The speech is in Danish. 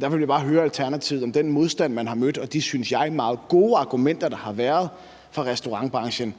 Derfor vil jeg bare høre Alternativet, om den modstand, man har mødt, og de, synes jeg, meget gode argumenter, der har været fra restaurantbranchen,